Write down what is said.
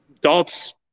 dots